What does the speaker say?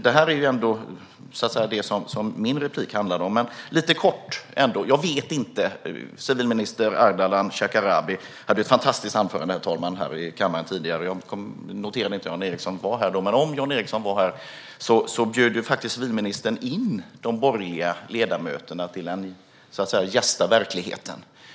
Det var detta min replik handlade om. Civilminister Ardalan Shekarabi höll ett fantastiskt anförande här i kammaren tidigare. Jag noterade inte om Jan Ericson var här då, men civilministern bjöd in de borgerliga ledamöterna att gästa verkligheten.